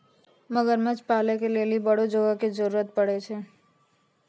मगरमच्छ पालै के लेली बड़ो जगह के जरुरत पड़ै छै